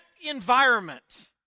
environment